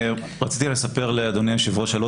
רציתי לספר לאדוני היושב ראש על עוד